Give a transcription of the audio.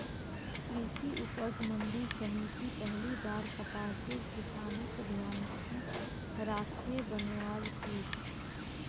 कृषि उपज मंडी समिति पहली बार कपासेर किसानक ध्यानत राखे बनैयाल की